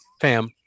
Fam